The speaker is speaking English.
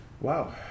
Wow